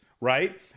right